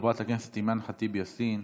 חברת הכנסת אימאן ח'טיב יאסין,